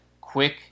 quick